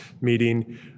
meeting